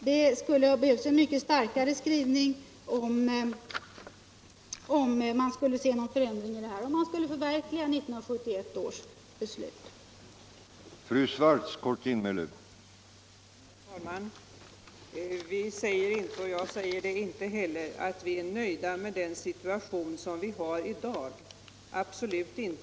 Det skulle ha behövts en mycket starkare skrivning för att kunna se någon förändring, för att kunna förverkliga 1971 års beslut.